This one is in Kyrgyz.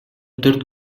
төрт